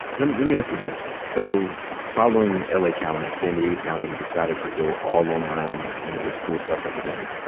let me let me ask you this. so following l. a, san diego county decided to go all online, you know, when school starts up again.